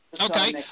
Okay